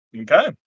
Okay